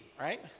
right